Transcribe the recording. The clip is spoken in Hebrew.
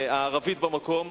הערבית במקום,